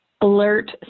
alert